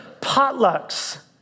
Potlucks